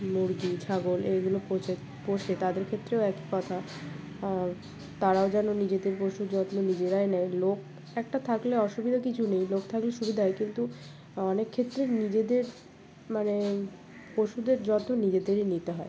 মুরগি ছাগল এইগুলো পোষে পোষে তাদের ক্ষেত্রেও একই কথা তারাও যেন নিজেদের পশুর যত্ন নিজেরাই নেয় লোক একটা থাকলে অসুবিধা কিছু নেই লোক থাকলে সুবিধায় কিন্তু অনেক ক্ষেত্রে নিজেদের মানে পশুদের যত্ন নিজেদেরই নিতে হয়